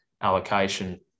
allocation